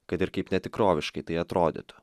kad ir kaip netikroviškai tai atrodytų